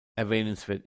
erwähnenswert